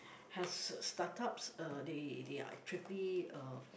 has startups uh they they are pretty uh